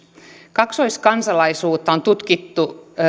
kaksoiskansalaisuutta on tutkittu